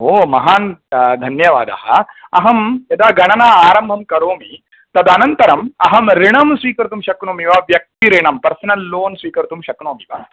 ओ महान् धन्यवादः अहं यदा गणना आरम्भं करोमि तदनन्तरम् अहम् ऋणं स्वीकतुं शक्नोमि वा व्यक्ति ऋणां पर्सनल् लोन् स्वीकर्तुं शक्नोमि वा